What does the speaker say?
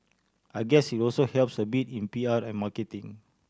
I guess it also helps a bit in P R and marketing